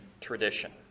tradition